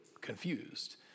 confused